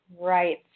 Right